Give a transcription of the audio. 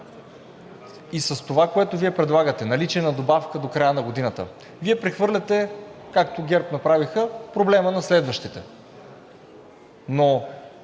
И с това, което Вие предлагате – наличие на добавка до края на годината, Вие прехвърляте, както ГЕРБ направиха, проблема на следващите. Но